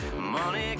money